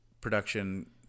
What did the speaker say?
production